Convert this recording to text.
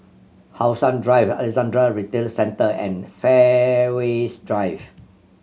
How Sun Drive Alexandra Retail Centre and Fairways Drive